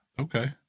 Okay